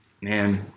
Man